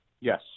Yes